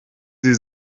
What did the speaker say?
sie